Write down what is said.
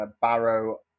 Barrow